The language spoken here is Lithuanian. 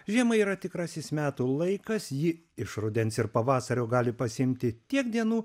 žiema yra tikrasis metų laikas ji iš rudens ir pavasario gali pasiimti tiek dienų